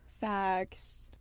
Facts